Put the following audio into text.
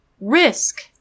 Risk